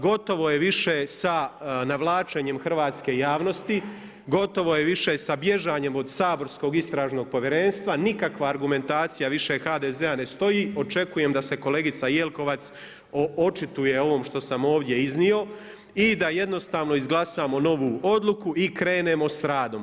Gotovo je više sa navlačenjem hrvatske javnosti, gotovo je više sa bježanjem od saborskog Istražnog povjerenstva, nikakva argumentacija više HDZ-a ne stoji, očekujem da se kolegica Jelkovac očituje o ovom što sam ovdje iznio i da jednostavno izglasam novu odluku i krenemo s radom.